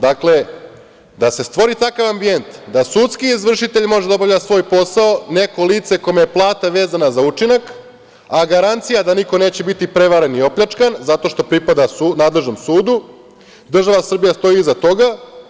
Dakle, da se stvori takav ambijent da sudski izvršitelj može da obavlja svoj posao, neko lice kome je plata vezana za učinak, a garancija da niko neće biti prevaren i opljačkan zato što pripada nadležnom sudu, država Srbija stoji iza toga.